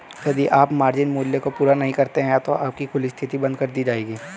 यदि आप मार्जिन मूल्य को पूरा नहीं करते हैं तो आपकी खुली स्थिति बंद कर दी जाएगी